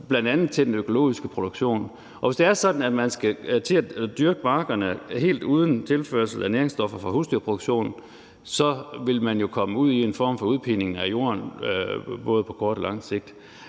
med, bl.a. til den økologiske produktion. Og hvis det er sådan, at man skal til at dyrke markerne helt uden tilførsel af næringsstoffer fra husdyrproduktionen, så vil man jo komme ud i en form for udpining af jorden, både på kort og lang sigt.